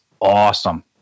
awesome